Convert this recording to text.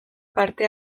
parte